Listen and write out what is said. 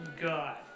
God